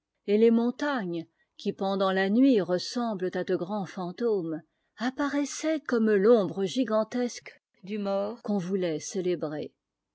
et les montagnes qui pendant la nuit ressemblent à de grands fantômes apparaissaient comme l'ombre gigantesque des morts qu'on voulait célébrer